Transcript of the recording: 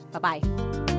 Bye-bye